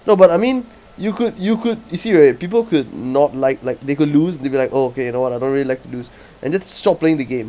no but I mean you could you could you see right people could not like like they could lose they be like oh okay you know what I don't really like to lose and then stop playing the game